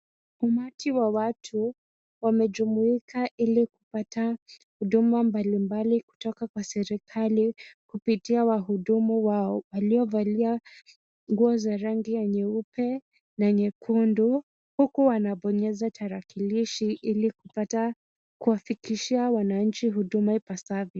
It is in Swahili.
Umati wa watu wamejumuika ili kupata huduma mbalimbali kutoka kwa serikali, kupitia wahudumu wao waliovalia nguo za rangi ya nyeupe na nyekundu, huku wanabonyeza tarakilishi ili kupata kuwafikishia wananchi huduma ipasavyo.